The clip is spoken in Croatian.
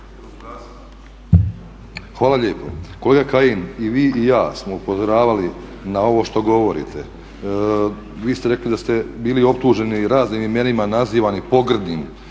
Hvala lijepo. Kolega Kajin i vi i ja smo upozoravali na ovo što govorite. Vi ste rekli da ste bili optuženi raznim imenima i nazivani pogrdnim